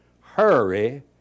Hurry